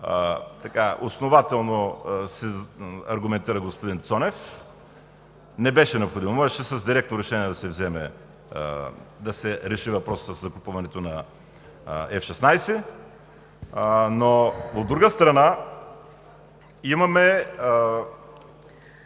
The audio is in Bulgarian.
основателно се аргументира господин Цонев. Не беше необходимо! Можеше с директно решение да се реши въпросът със закупуването на F-16. От друга страна, ние